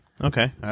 Okay